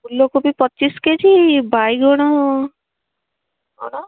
ଫୁଲକୋବି ପଚିଶ K G ବାଇଗଣ କ'ଣ